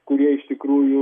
kurie iš tikrųjų